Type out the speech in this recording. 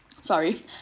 sorry